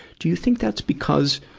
do you think that's because